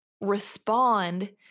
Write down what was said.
respond